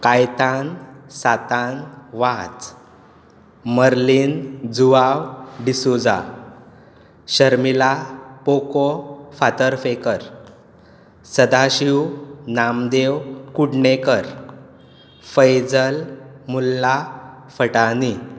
Caitan Saton Vaz Merlin Joao D'Souza Sharmila Poco Fatarpekar Sadashiv Namdev Kudnekar Faizal Mulla Fatani